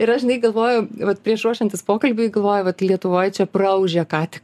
ir aš žinai galvoju vat prieš ruošiantis pokalbiui galvoju vat lietuvoj čia praūžė ką tik